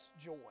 joy